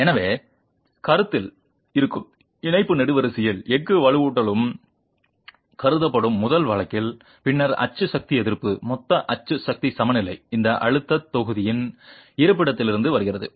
எனவே சுருக்கத்தில் இருக்கும் இணைப்பு நெடுவரிசையில் எஃகு வலுவூட்டலும் கருதப்படும் முதல் வழக்கில் பின்னர் அச்சு சக்தி எதிர்ப்பு மொத்த அச்சு சக்தி சமநிலை இந்த அழுத்தத் தொகுதியின் இருப்பிடத்திலிருந்து வருகிறது